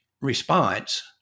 response